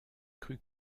cru